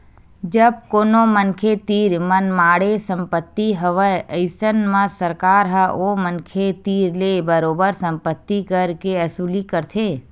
जब कोनो मनखे तीर मनमाड़े संपत्ति हवय अइसन म सरकार ह ओ मनखे तीर ले बरोबर संपत्ति कर के वसूली करथे